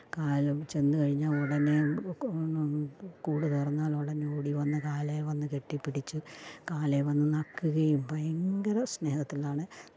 കാലും ചെന്നു കഴിഞ്ഞാൽ ഉടനെ കൂട് തുറന്നാലുടൻ ഓടി വന്ന് കാലിൽ വന്നു കെട്ടിപ്പിടിച്ച് കാലിൽ വന്നു നക്കുകയും ഭയങ്കര സ്നേഹത്തിലാണ്